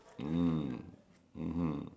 mm mmhmm